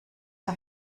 zur